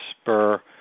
spur